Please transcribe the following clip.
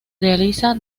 realiza